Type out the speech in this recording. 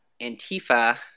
Antifa